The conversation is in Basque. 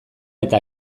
eta